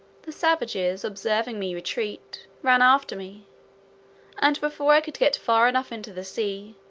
the savages, observing me retreat, ran after me and before i could get far enough into the sea,